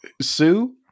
Sue